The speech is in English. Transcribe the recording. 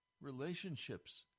relationships